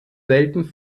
selten